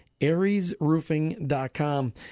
ariesroofing.com